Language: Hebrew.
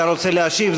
אתה רוצה להשיב,